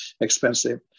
expensive